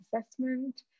assessment